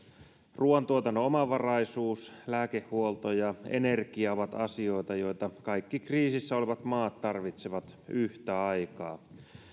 ruoantuotannon omavaraisuus lääkehuolto ja energia ovat asioita joita kaikki kriisissä olevat maat tarvitsevat yhtä aikaa